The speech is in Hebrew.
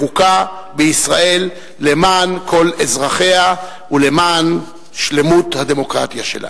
לחוקה בישראל למען כל אזרחיה ולמען שלמות הדמוקרטיה שלה.